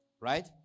Right